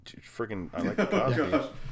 freaking